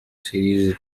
series